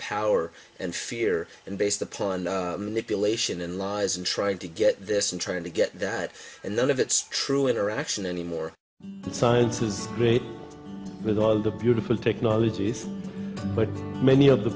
power and fear and based upon elation and lies and trying to get this and trying to get that and none of it's true interaction anymore science is great with all the beautiful technologies but many of the